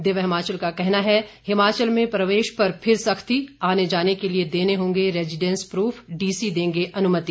दिव्य हिमाचल का कहना है हिमाचल में प्रवेश पर फिर सख्ती आने जाने के लिए देने होंगे रेजीडेंस प्रफ डीसी देंगे अनुमति